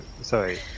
sorry